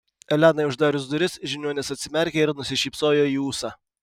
elenai uždarius duris žiniuonis atsimerkė ir nusišypsojo į ūsą